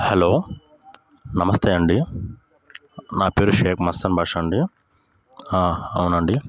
hello నమస్తే అండి నా పేరు షేఖ్ మస్తాన్ భాషా అండి అవునండి